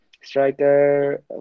striker